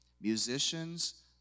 Musicians